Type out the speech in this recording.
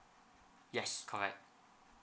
yes correct